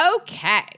Okay